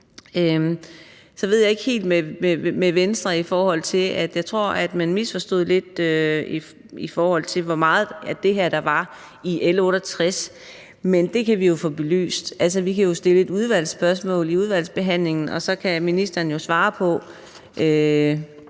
ved jeg ikke helt med Venstre; jeg tror, man misforstod lidt, hvor meget af det her der var i L 68 B. Men det kan vi jo få belyst. Altså, vi kan jo stille et udvalgsspørgsmål i udvalgsbehandlingen, og så kan ministeren jo svare på,